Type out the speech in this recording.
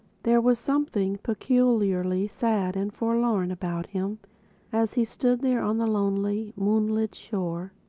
there was something peculiarly sad and forlorn about him as he stood there on the lonely, moonlit shore,